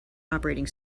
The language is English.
operating